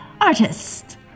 artist